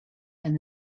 and